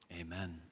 amen